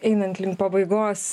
einant link pabaigos